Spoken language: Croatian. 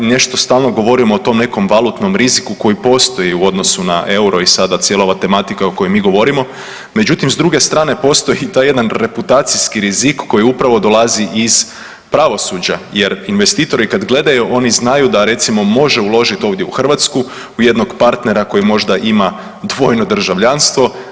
Nešto stalno govorimo o tom nekom valutnom riziku koji postoji u odnosu na euro i sada cijela ova tematika o kojoj mi govorimo, međutim s druge strane postoji i taj jedan reputacijski rizik koji upravo dolazi iz pravosuđa jer investitori kad gledaju oni znaju da recimo može uložiti ovdje u Hrvatsku u jednog partnera koji možda ima dvojno državljanstvo.